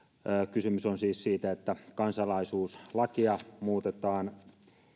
kysymys on siis siitä että kansalaisuuslakia muutetaan